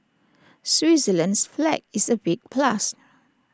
Switzerland's flag is A big plus